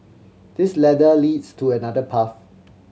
this ladder leads to another path